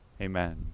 Amen